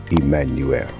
Emmanuel